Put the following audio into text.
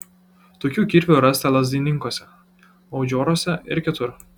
tokių kirvių rasta lazdininkuose maudžioruose ir kitur